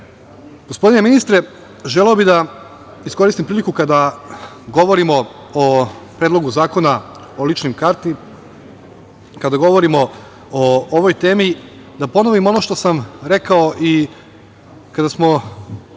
akta. Gospodine ministre, želeo bih da iskoristim priliku, kada govorimo o Predlogu zakona o ličnoj karti, kada govorimo o ovoj temi, da ponovim ono što sam rekao i kada smo